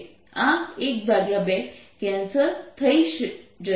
આ 12 કેન્સલ થઇ જશે